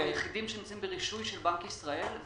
אנחנו היחידים שנמצאים ברישוי של בנק ישראל.